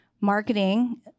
marketing